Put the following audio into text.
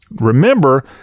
Remember